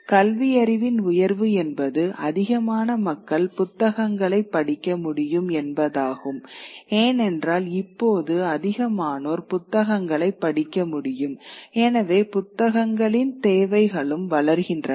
கல்வியறிவின் உயர்வு என்பது அதிகமான மக்கள் புத்தகங்களைப் படிக்க முடியும் என்பதாகும் ஏனென்றால் இப்போது அதிகமானோர் புத்தகங்களைப் படிக்க முடியும் எனவே புத்தகங்களின் தேவைகளும் வளர்கின்றன